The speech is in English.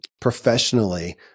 professionally